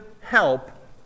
help